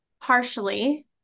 partially